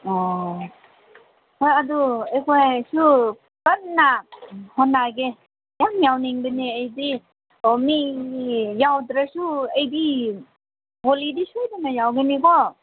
ꯑꯣ ꯍꯣꯏ ꯑꯗꯨ ꯑꯩꯈꯣꯏꯁꯨ ꯀꯟꯅ ꯍꯣꯠꯅꯒꯦ ꯌꯥꯝ ꯌꯥꯎꯅꯤꯡꯕꯅꯦ ꯑꯩꯗꯤ ꯑꯣ ꯃꯤ ꯌꯥꯎꯗ꯭ꯔꯁꯨ ꯑꯩꯗꯤ ꯕꯣꯜꯂꯤꯗꯤ ꯁꯣꯏꯗꯅ ꯌꯥꯎꯒꯅꯤꯀꯣ